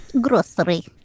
Grocery